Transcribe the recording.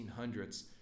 1800s